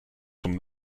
from